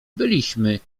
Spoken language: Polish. byliśmy